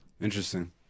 interesting